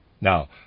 Now